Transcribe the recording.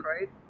right